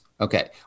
Okay